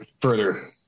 Further